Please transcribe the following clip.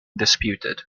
disputed